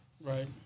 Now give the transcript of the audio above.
Right